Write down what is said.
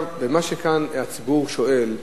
מה שכאן הציבור שואל,